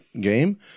game